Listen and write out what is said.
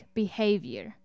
behavior